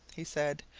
he said.